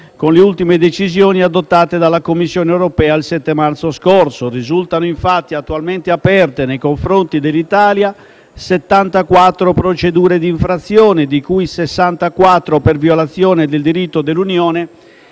con le ultime decisioni adottate dalla Commissione europea il 7 marzo scorso. Risultano infatti attualmente aperte nei confronti dell'Italia 74 procedure di infrazione, 64 delle quali per violazione del diritto dell'Unione